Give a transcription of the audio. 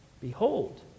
Behold